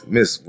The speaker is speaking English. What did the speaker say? Miss